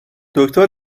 دکتر